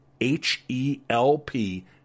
H-E-L-P